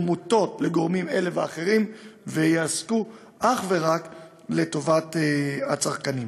מוטות לגורמים אלה ואחרים ויפעלו אך ורק לטובת הצרכנים.